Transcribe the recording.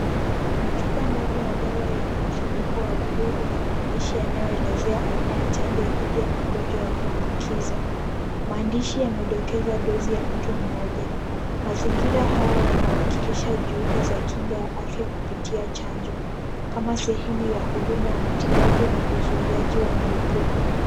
Chupa ndogo ya dawa yenye mfuniko wa buluu ina maandishi yanayoelezea aina ya chanjo dhidi ya magonjwa ya kuambukiza. Maandishi yamedokeza dozi ya mtu mmoja Mazingira haya yanawakilisha juhudi za kinga ya afya kupitia chanjo kama sehemu ya huduma ya matibabu na uzuiaji wa mlipuko